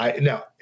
Now